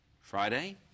Friday